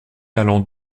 allant